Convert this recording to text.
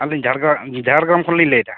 ᱟᱹᱞᱤᱧ ᱡᱷᱟᱲᱜᱮᱨᱟᱢ ᱠᱷᱚᱱ ᱞᱤᱧ ᱞᱟᱹᱭᱮᱫᱟ